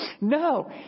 No